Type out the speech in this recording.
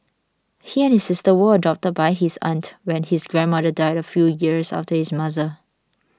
he and his sister were adopted by his aunt when his grandmother died a few years after his mother